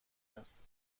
است